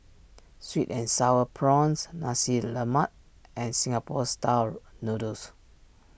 Sweet and Sour Prawns Nasi Lemak and Singapore Style Noodles